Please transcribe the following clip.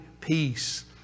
peace